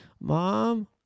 Mom